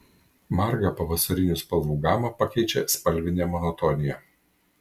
margą pavasarinių spalvų gamą pakeičia spalvinė monotonija